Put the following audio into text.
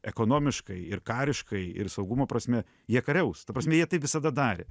ekonomiškai ir kariškai ir saugumo prasme jie kariaus ta prasme jie taip visada darė